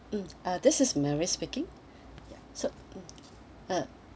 mmhmm uh this is mary speaking ya so mmhmm uh